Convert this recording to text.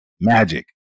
Magic